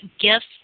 gifts